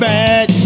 Bad